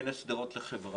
כמו כנס שדרות לחברה.